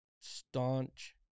staunch